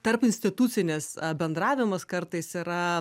tarpinstitucinis bendravimas kartais yra